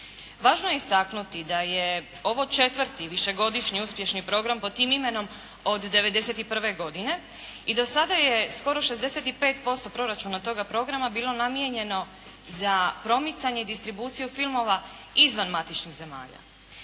Važno je istaknuti da je ovo četvrti višegodišnji uspješni program pod tim imenom od 91. godine i do sada je skoro 65% proračuna toga programa bilo namijenjeno za promicanje i distribuciju filmova izvan matičnih zemalja.